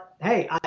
hey